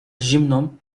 zimną